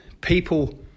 people